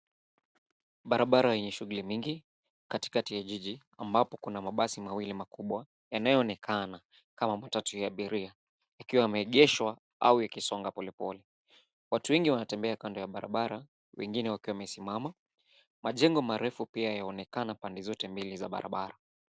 Barabara yenye shughuli mingi katikati ya jiji ambapo kuna mabasi mawili makubwa yanayoonekana kama matatu ya abiria. Yakiwa yameegeshwa au yakisonga polepole. Watu wengi wanatembea kando ya barabara, wengine wakiwa wamesimama. Majengo marefu pia yaonekana pande zote mbili za barabara.